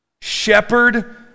Shepherd